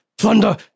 Thunder